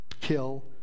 kill